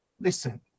Listen